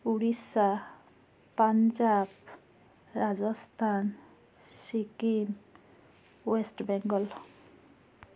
Orissa Punjab Rajasthan Sikkim West Bengal